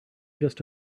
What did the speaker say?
just